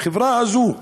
החברה הזאת,